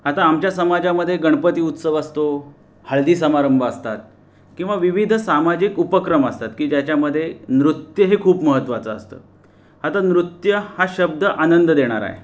आता आमच्या समाजामधे गणपती उत्सव असतो हळदी समारंभ असतात किंवा विविध सामाजिक उपक्रम असतात की ज्याच्यामध्ये नृत्य हे खूप महत्त्वाचं असतं आता नृत्य हा शब्द आनंद देणारा आहे